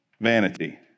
vanity